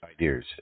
Ideas